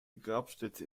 grabstätte